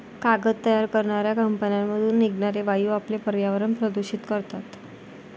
कागद तयार करणाऱ्या कंपन्यांमधून निघणारे वायू आपले पर्यावरण प्रदूषित करतात